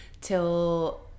till